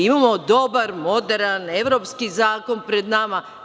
Imamo dobar, moderan, evropski zakon pred nama.